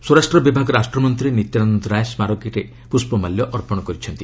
ସ୍ୱରାଷ୍ଟ୍ର ବିଭାଗ ରାଷ୍ଟ୍ରମନ୍ତ୍ରୀ ନିତ୍ୟାନନ୍ଦ ରାୟ ସ୍କାରକୀରେ ପୁଷ୍ପମାଲ୍ୟ ଅର୍ପଣ କରିଛନ୍ତି